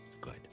Good